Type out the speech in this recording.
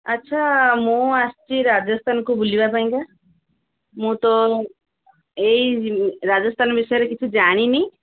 ଆଚ୍ଛା ମୁଁ ଆସିଛି ରାଜସ୍ଥାନକୁ ବୁଲିବା ପାଇଁକା ମୁଁ ତ ଏଇ ରାଜସ୍ଥାନ ବିଷୟରେ କିଛି ଜାଣିନି